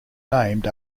named